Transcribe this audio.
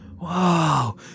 Wow